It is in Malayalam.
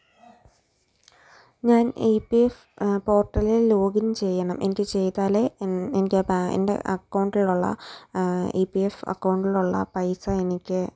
ഞാൻ ഏ പ്പി എഫ് പോർട്ടലിൽ ലോഗിൻ ചെയ്യണം എനിക്ക് ചെയ്താലേ എനിയ്ക്ക് ആ പാൻ എന്റെ അക്കൗണ്ടിലുള്ള ഏ പ്പി എഫ് അക്കൗണ്ടിലുള്ള പൈസ എനിക്ക്